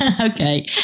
Okay